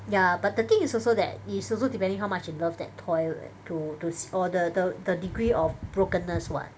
ya but the thing is also that it is also that depending on how much you love that toy to se~ the the the degree of broken-ness [what]